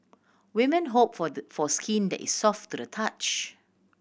women hope for the for skin that is soft to the touch